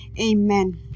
Amen